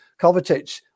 Kovacic